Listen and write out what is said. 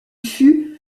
fut